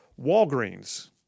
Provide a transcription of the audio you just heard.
Walgreens